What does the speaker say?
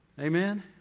Amen